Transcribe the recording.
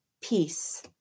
peace